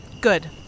Good